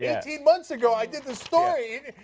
yeah eighteen months ago i did this story.